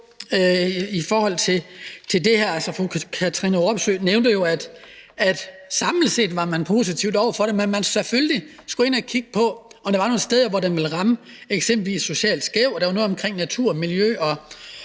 i forhold til det her. Fru Katrine Robsøe nævnte, at samlet set var man positiv over for det, men at man selvfølgelig skulle ind at kigge på, om der var nogle steder, hvor det eksempelvis ville ramme socialt skævt, og der var noget omkring natur og miljø og